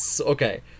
Okay